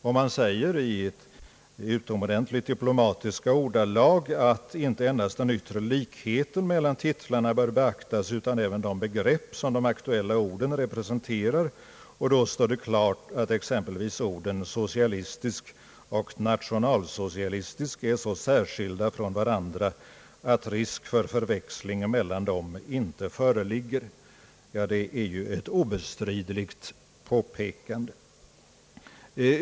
Och utskottet säger i utomordentligt diplomatiska ordalag att inte endast den yttre likheten mellan titlarna bör beaktas utan även de begrepp som de aktuella orden representerar. Enligt utskottets mening står det då klart att exempelvis orden »socialistisk» och »nationalsocialistisk» är så särskilda från varandra att risk för förväxling mellan dem inte föreligger. Ja, det är ju ett obestridligt påpekande.